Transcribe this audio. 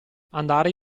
andare